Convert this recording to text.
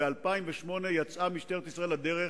ב-2008 יצאה משטרת ישראל לדרך